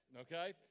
Okay